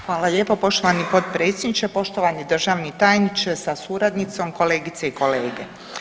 Hvala lijepo poštovani potpredsjedniče, poštovani državni tajniče sa suradnicom, kolegice i kolege.